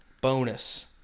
bonus